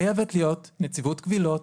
חייבת להיות נציבות קבילות,